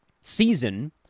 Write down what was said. season